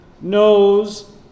knows